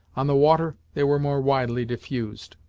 on the water they were more widely diffused.